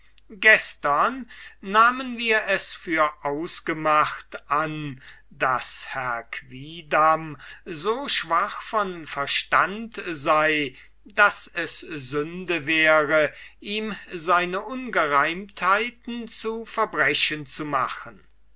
gestern nahmen wir es für ausgemacht an daß herr quidam so schwach von verstande sei daß es sünde wäre ihm seine ungereimtheiten zu verbrechen zu machen